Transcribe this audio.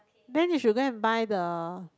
then you should go and buy the